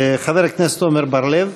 חבר הכנסת עמר בר-לב,